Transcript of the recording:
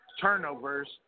Turnovers